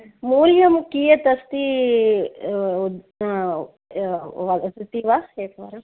मूल्यं कीयत् अस्ति वदति वा एकवारं